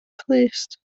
clust